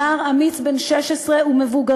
נער אמיץ בן 16 ומבוגרים,